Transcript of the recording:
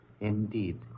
Indeed